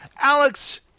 Alex